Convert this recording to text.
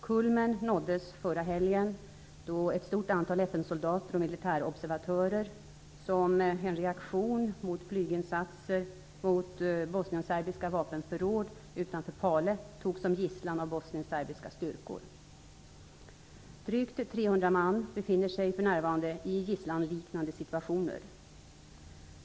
Kulmen nåddes förra helgen då ett stort antal FN-soldater och militärobservatörer, som en reaktion mot flyginsatser mot bosnienserbiska vapenförråd utanför Pale, togs som gisslan av bosnienserbiska styrkor. Drygt 300 man befinner sig för närvarande i gisslanliknande situationer.